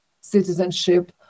citizenship